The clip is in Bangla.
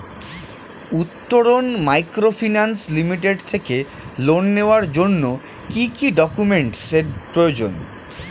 উত্তরন মাইক্রোফিন্যান্স লিমিটেড থেকে লোন নেওয়ার জন্য কি কি ডকুমেন্টস এর প্রয়োজন?